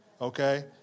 okay